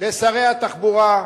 לשרי התחבורה,